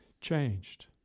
changed